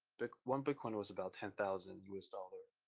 but one bitcoin was about ten thousand us dollar.